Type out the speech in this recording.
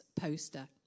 poster